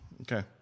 Okay